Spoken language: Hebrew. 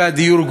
מחירי הדיור,